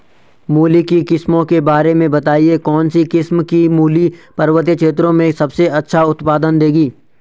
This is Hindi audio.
मूली की किस्मों के बारे में बताइये कौन सी किस्म की मूली पर्वतीय क्षेत्रों में सबसे अच्छा उत्पादन देंगी?